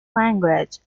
language